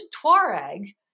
Tuareg